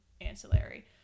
ancillary